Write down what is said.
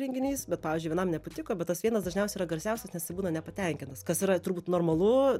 renginys bet pavyzdžiui vienam nepatiko bet tas vienas dažniausiai yra garsiausias nes jisai būna nepatenkintas kas yra turbūt normalu